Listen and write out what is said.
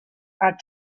are